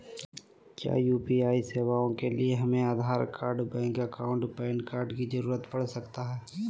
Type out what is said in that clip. क्या यू.पी.आई सेवाएं के लिए हमें Aadhaar card bank account PAN card की जरूरत पड़ सकता है?